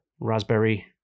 Raspberry